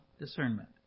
discernment